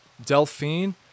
Delphine